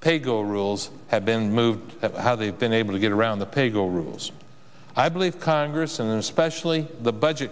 pay go rules have been moved how they've been able to get around the pay go rules i believe congress and especially the budget